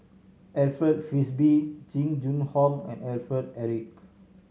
Alfred Frisby Jing Jun Hong and Alfred Eric